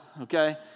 okay